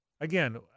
Again